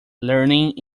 learning